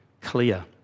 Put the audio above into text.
clear